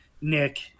Nick